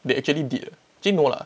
they actually did eh actually no ah